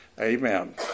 Amen